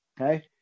okay